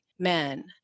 Men